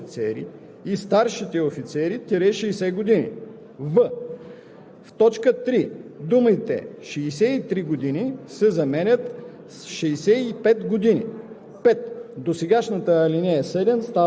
точка 2 се изменя така: „2. за сержантите (старшините), офицерските кандидати, младшите офицери и старшите офицери – 60 години;“